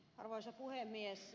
arvoisa puhemies